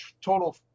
total